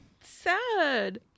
sad